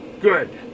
Good